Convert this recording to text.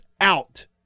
out